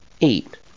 Eight